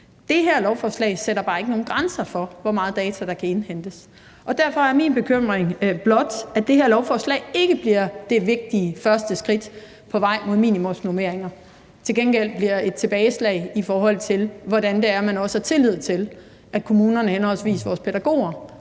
Det her lovforslag sætter bare ikke nogen grænser for, hvor meget data der kan indhentes. Og derfor er min bekymring blot, at det her lovforslag ikke bliver det vigtige første skridt på vej mod minimumsnormeringer, men til gengæld bliver et tilbageslag, i forhold til at man også har tillid til, at kommunerne henholdsvis vores pædagoger